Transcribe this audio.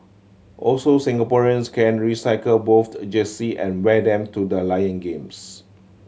also Singaporeans can recycle both jersey and wear them to the Lion games